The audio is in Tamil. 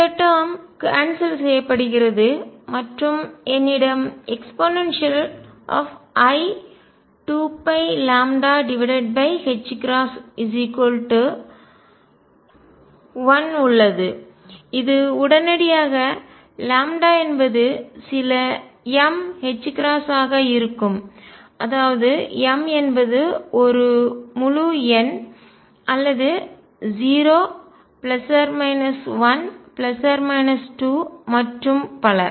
இந்த டேர்ம் கான்செல் செய்யப்படுகிறது மற்றும் என்னிடம் ei2πλ 1 உள்ளது இது உடனடியாக λ என்பது சில m ℏ ஆக இருக்கும் அதாவது m என்பது ஒரு முழு எண் அல்லது 0 1 2 மற்றும் பல